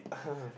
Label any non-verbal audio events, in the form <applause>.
<laughs>